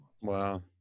Wow